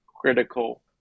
critical